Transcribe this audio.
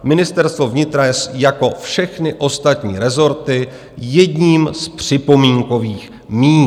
Ministerstvo vnitra je jako všechny ostatní rezorty jedním z připomínkových míst.